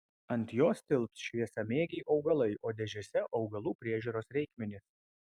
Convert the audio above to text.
ant jos tilps šviesamėgiai augalai o dėžėse augalų priežiūros reikmenys